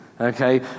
Okay